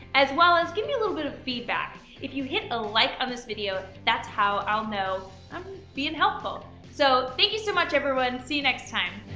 as well as give me a little bit of feedback if you hit a like on this video that's how i'll know i'm being helpful. so thank you so much everyone, see you next time.